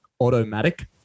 Automatic